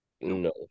No